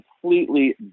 completely